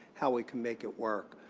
how we can make it work.